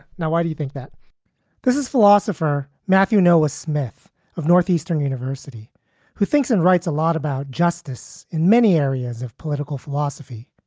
now, why do you think that this is philosopher matthew noer smith of northeastern university who thinks and writes a lot about justice in many areas of political philosophy.